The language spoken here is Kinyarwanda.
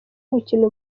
gukina